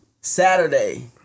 Saturday